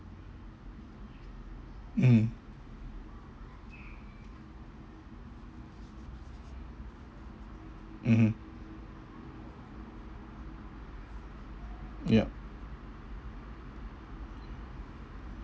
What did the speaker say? mm mmhmm yup